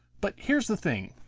but here's the thing,